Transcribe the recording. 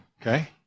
okay